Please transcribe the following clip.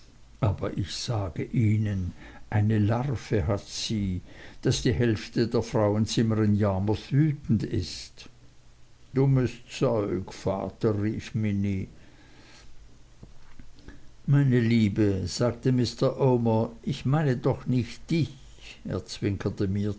aber ich sage ihnen eine larve hat sie daß die hälfte der frauenzimmer in yarmouth wütend ist dummes zeug vater rief minnie meine liebe sagte mr omer ich meine doch nicht dich er zwinkerte mir